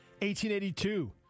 1882